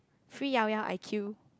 free Llao Llao I queue